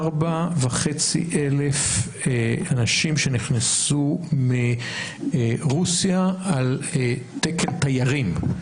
24,500 אנשים שנכנסו מרוסיה על תקן תיירים.